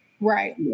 Right